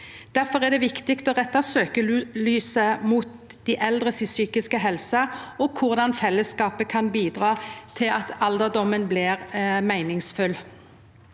Difor er det viktig å retta søkjelyset mot dei eldre si psykiske helse og korleis fellesskapet kan bidra til at alderdomen blir meiningsfull.